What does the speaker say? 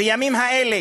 בימים האלה